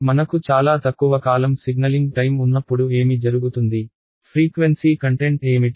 మనకు చాలా తక్కువ కాలం సిగ్నలింగ్ టైమ్ ఉన్నప్పుడు ఏమి జరుగుతుంది ఫ్రీక్వెన్సీ కంటెంట్ ఏమిటి